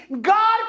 God